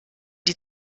die